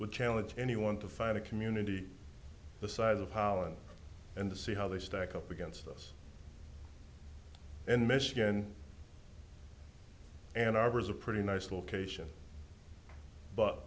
would challenge anyone to find a community the size of holland and to see how they stack up against us in michigan and arbors a pretty nice location but